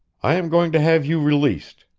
i am going to have you released.